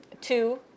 two